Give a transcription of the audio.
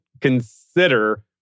consider